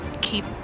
keep